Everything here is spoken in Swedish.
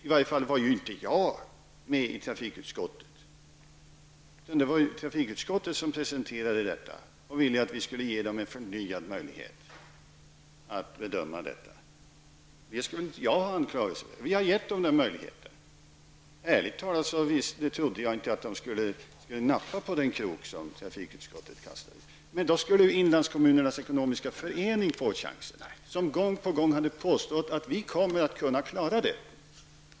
I varje fall var inte jag med i trafikutskottet, som ville att vi skulle ge huvudmännen en förnyad möjlighet att bedöma detta. Det skall väl inte jag anklagas för. Vi har gett dem den möjligheten. Ärligt talat trodde jag inte att de skulle nappa på den krok som trafikutskottet kastade ut. Men då skulle chansen gå till Inlandskommunerna Ekonomisk Förening, som gång på gång hade påstått att man skulle komma att klara detta.